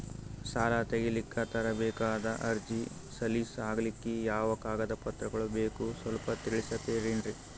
ಸಾಲ ತೆಗಿಲಿಕ್ಕ ತರಬೇಕಾದ ಅರ್ಜಿ ಸಲೀಸ್ ಆಗ್ಲಿಕ್ಕಿ ಯಾವ ಕಾಗದ ಪತ್ರಗಳು ಬೇಕು ಸ್ವಲ್ಪ ತಿಳಿಸತಿರೆನ್ರಿ?